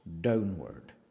downward